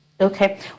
Okay